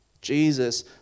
Jesus